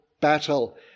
battle